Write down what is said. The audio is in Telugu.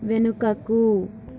వెనుకకు